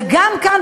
וגם כאן,